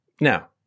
Now